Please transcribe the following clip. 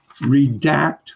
redact